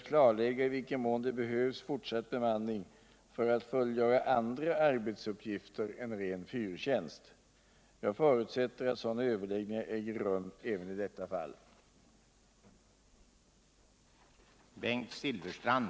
Är kommunikationsministern mot bakgrund av det dokumenterade behovet av någon form av bemanning vid Kullens fyr beredd att ompröva sjöfartsverkets beslut och avvakta med ett definitivt ställningstagande till dess sjöövervakningskommittén är klar med sin utredning?